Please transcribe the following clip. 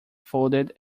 folded